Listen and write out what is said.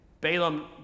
Balaam